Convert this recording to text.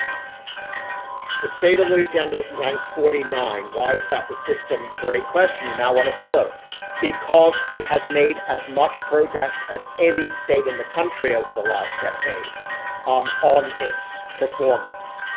the state of louisiana ranks forty nine. why is that the system? great question. and i want to follow because it has made as much progress as any state in the country over the last decade um on its performance,